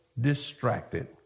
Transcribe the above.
distracted